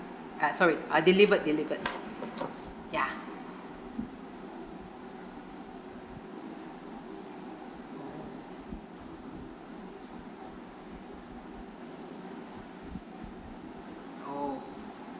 uh sorry uh delivered delivered ya oh